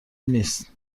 نیست